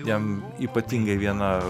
jam ypatingai viena